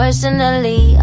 Personally